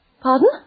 Pardon